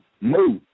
move